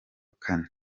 kane